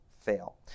fail